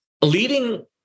Leading